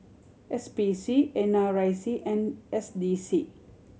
S P C N R I C and S D C